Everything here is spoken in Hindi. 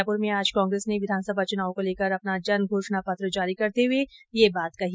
जयपुर में आज कांग्रेस ने विघानसभा चुनावों को लेकर अपना जन घोषणा पत्र जारी करते हुए ये बात कही